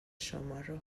شمارو